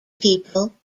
people